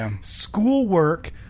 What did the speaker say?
schoolwork